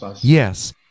Yes